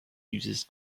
uses